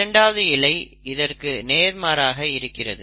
இரண்டாவது இழை இதற்கு நேர்மாறாக இருக்கிறது